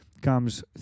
comes